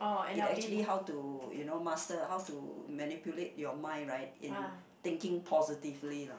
it actually how to you know master how to manipulate your mind right into thinking positively lah